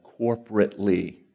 Corporately